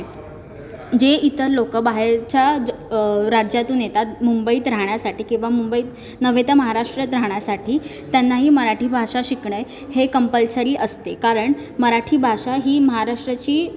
जे इतर लोकं बाहेरच्या राज्यातून येतात मुंबईत राहण्यासाटी किंवा मुंबईत नव्हे तर महाराष्ट्रात राहण्यासाठी त्यांनाही मराठी भाषा शिकणे हे कंपल्सरी असते कारण मराठी भाषा ही महाराष्ट्राची